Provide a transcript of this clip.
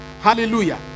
hallelujah